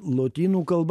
lotynų kalba